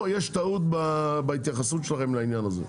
פה יש טעות בהתייחסות שלכם לעניין הזה,